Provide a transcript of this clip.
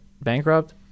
bankrupt